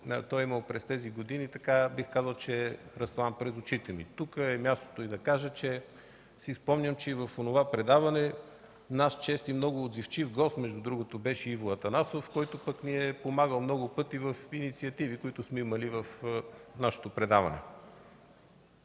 той е имал през тези години, бих казал, че е разстлан пред очите ми. Тук е мястото да кажа, че си спомням, че в онова предаване наш чест и много отзивчив гост между другото беше Иво Атанасов, който ни е помагал много пъти в инициативи, които сме имали в предаването.